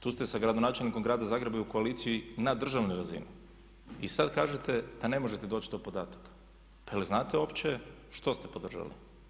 Tu ste sa gradonačelnikom grada Zagreba i u koaliciji na državnoj razini i sad kažete da ne možete doći do podataka, pa jel znate što ste uopće podržali?